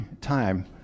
time